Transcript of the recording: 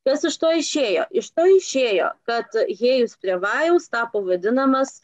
kas iš to išėjo iš to išėjo kad hėjus prie vajaus tapo vadinamas